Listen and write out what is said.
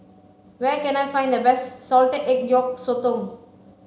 where can I find the best salted egg yolk sotong